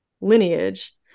lineage